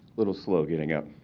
little slow getting up.